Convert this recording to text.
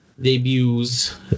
debuts